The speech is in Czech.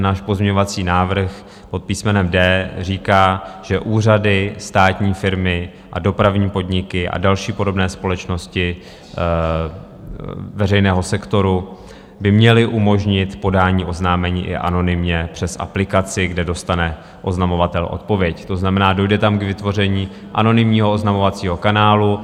Náš pozměňovací návrh pod písmenem D říká, že úřady, státní firmy, dopravní podniky a další podobné společnosti veřejného sektoru by měly umožnit podání oznámení i anonymně přes aplikaci, kde dostane oznamovatel odpověď, to znamená, dojde tam k vytvoření anonymního oznamovacího kanálu.